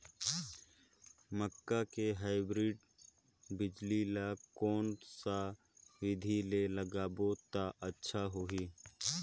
मक्का के हाईब्रिड बिजली ल कोन सा बिधी ले लगाबो त अच्छा होहि?